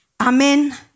Amen